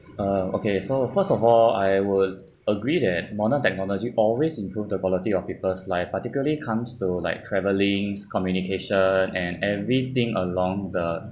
uh okay so first of all I would agree that modern technology always improve the quality of people's life particularly comes to like travelling communication and everything along the